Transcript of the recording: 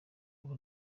ubu